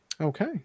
Okay